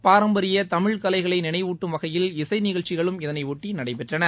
பாரம்பரிய தமிழ் கலைகளை நினைவூட்டும் வகையில் இசை நிகழ்ச்சிகளும் இதனையொட்டி நடைபெற்றன